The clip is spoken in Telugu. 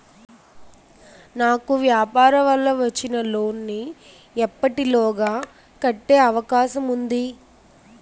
నాకు వ్యాపార వల్ల వచ్చిన లోన్ నీ ఎప్పటిలోగా కట్టే అవకాశం ఉంది?